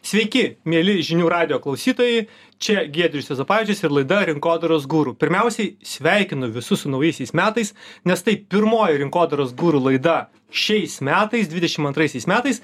sveiki mieli žinių radijo klausytojai čia giedrius juozapavičius ir laida rinkodaros guru pirmiausiai sveikinu visus su naujaisiais metais nes tai pirmoji rinkodaros guru laida šiais metais dvidešim antraisaisiais metais